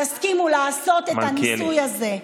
יסכימו לעשות את הניסוי הזה.